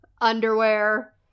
Underwear